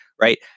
right